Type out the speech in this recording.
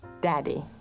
Daddy